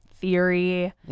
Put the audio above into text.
theory